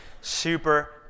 super